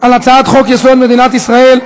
על חוק הצעת חוק-יסוד: מדינת ישראל,